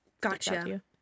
Gotcha